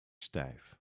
stijf